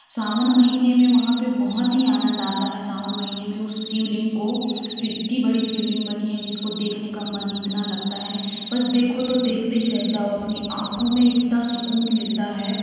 सावन महीने में वहाँ पे बहुत ही आनंद आता है सावन महीने में उस शिवलिंग को इतनी बड़ी शिवलिंग बनी है जिसको देखने का मन इतना लगता है यानि बस देखा तो देखते ही रह जाओ अपनी आँखों में इतना सुकून मिलता है